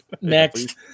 Next